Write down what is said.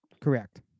Correct